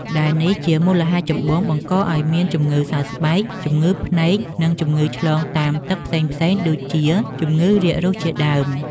ដែលនេះ ជាមូលហេតុចម្បងបង្កឱ្យមានជំងឺសើស្បែក ជំងឺភ្នែកក្រហម និងជំងឺឆ្លងតាមទឹកផ្សេងៗដូចជាជំងឺរាគរូសជាដើម។